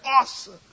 Awesome